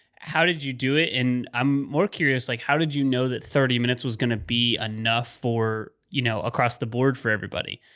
how did you do it? and i'm more curious, like, how did you know that thirty minutes was going to be enough for you know, across the board for everybody?